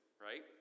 right